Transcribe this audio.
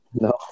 No